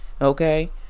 Okay